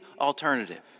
alternative